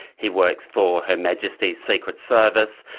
he works for her majesty's secret service,